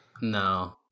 No